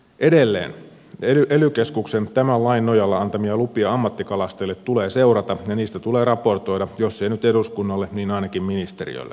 edelleen ely keskuksen tämän lain nojalla antamia lupia ammattikalastajille tulee seurata ja niistä tulee raportoida jos ei nyt eduskunnalle niin ainakin ministeriölle